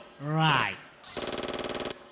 right